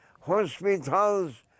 hospitals